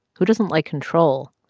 who doesn't like control?